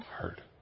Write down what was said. hard